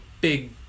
big